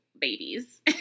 babies